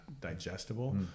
digestible